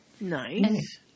Nice